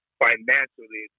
financially